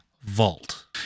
vault